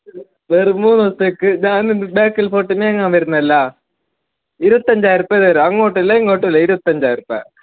വെറും മൂന്നുദിവസത്തേക്ക് ഞാൻ ബേക്കൽ ഫോർട്ട് ഞങ്ങൾ വരുന്നതല്ല ഇരുപത്തഞ്ചായിരം റുപ്യ തരാം അങ്ങോട്ടുമില്ല ഇങ്ങോട്ടുമില്ല ഇരുപത്തഞ്ചായിരം റുപ്യ